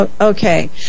Okay